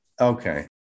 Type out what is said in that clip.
Okay